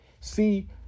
see